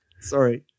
sorry